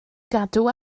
gadw